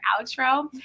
outro